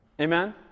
Amen